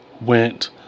went